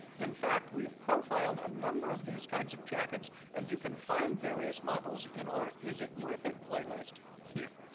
in fact, we've profiled a number of these kinds of jackets and you can find various models in our is it worth it playlist here.